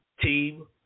team